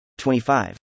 25